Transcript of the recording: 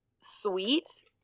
sweet